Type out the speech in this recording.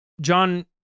John